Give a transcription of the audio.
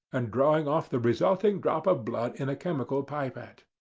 and drawing off the resulting drop of blood in a chemical pipette.